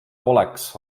poleks